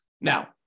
Now